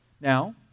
Now